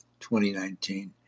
2019